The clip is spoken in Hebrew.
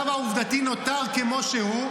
העובדתי נותר כמו שהוא.